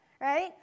Right